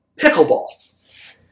pickleball